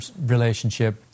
relationship